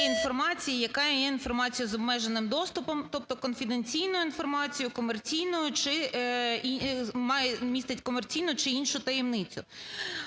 яка є інформацією з обмеженим доступом, тобто конфіденційною інформацією, комерційною чи містить комерційну чи іншу таємницю.